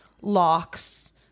locks